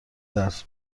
درس